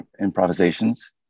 improvisations